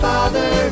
Father